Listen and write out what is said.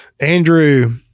Andrew